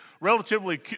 relatively